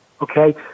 okay